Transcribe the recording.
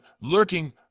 lurking